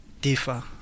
differ